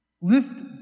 Lift